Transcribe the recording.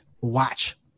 watch